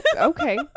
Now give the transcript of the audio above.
Okay